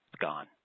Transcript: gone